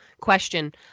question